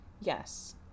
yes